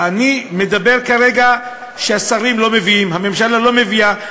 אני אומר כרגע שהשרים לא מביאים, הממשלה לא מביאה.